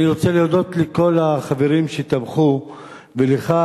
אני רוצה להודות לכל החברים שטרחו ולך,